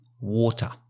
Water